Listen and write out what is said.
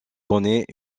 connaît